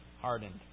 hardened